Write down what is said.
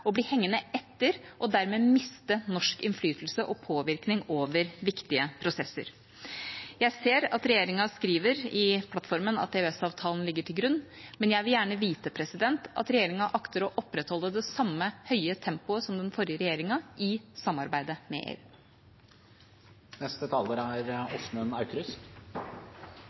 bli hengende etter og dermed miste norsk innflytelse og påvirkning over viktige prosesser. Jeg ser at regjeringa skriver i plattformen at EØS-avtalen ligger til grunn, men jeg vil gjerne vite at regjeringa akter å opprettholde det samme høye tempoet som den forrige regjeringa i samarbeidet med